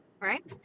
right